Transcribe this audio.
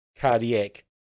cardiac